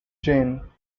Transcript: jane